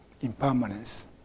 impermanence